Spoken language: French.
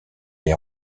les